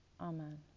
Amen